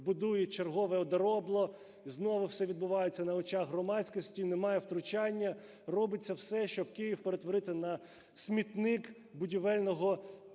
будують чергове одоробло. Знову все відбувається на очах громадськості. Немає втручання. Робиться все, щоб Київ перетворити на смітник будівельного, не